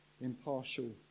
impartial